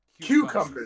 Cucumbers